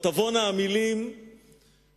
או תבואנה המלים שתהפוכנה